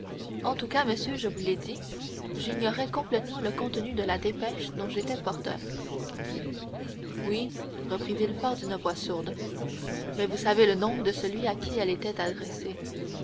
en tout cas monsieur je vous l'ai dit j'ignorais complètement le contenu de la dépêche dont j'étais porteur oui reprit villefort d'une voix sourde mais vous savez le nom de celui à qui elle était adressée